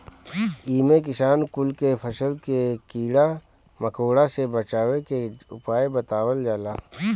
इमे किसान कुल के फसल के कीड़ा मकोड़ा से बचावे के उपाय बतावल जाला